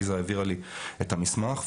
עליזה העבירה לי את המסמך,